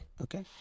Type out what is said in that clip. okay